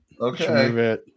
Okay